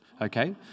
okay